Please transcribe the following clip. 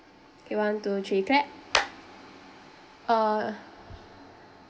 K one two three clap uh